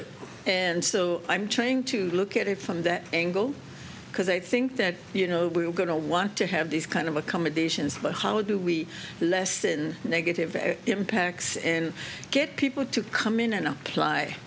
it and so i'm trying to look at it from that angle because i think that you know we're going to want to have these kind of accommodations but how do we lessen the negative impacts and get people to come in and apply